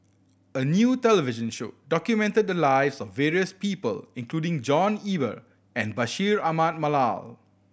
a new television show documented the lives of various people including John Eber and Bashir Ahmad Mallal